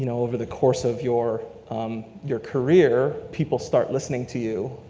you know over the course of your um your career, people start listening to you,